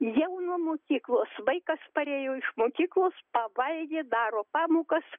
jau nuo mokyklos vaikas parėjo iš mokyklos pavalgė daro pamokas